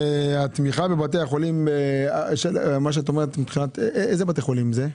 והתמיכה בבתי חולים, איזה בתי חולים זה?